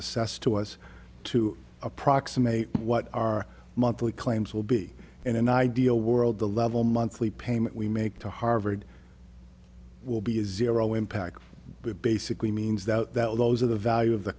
assessed to us to approximate what our monthly claims will be in an ideal world the level monthly payment we make to harvard will be a zero impact basically means that that will those are the value of the